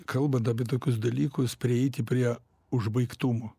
kalbant apie tokius dalykus prieiti prie užbaigtumo